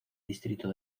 distrito